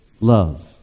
love